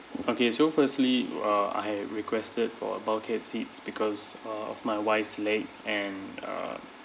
okay so firstly uh I requested for a bulkhead seats because uh of my wife's leg and uh